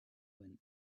when